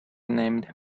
named